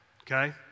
okay